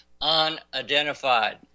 unidentified